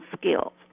skills